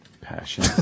passion